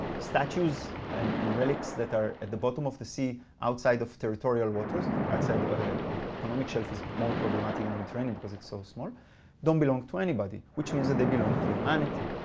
statues and relics that are at the bottom of the sea outside of territorial waters, outside the economic shelf, is more problematic in the mediterranean because it's so small don't belong to anybody, which means that they belong to humanity.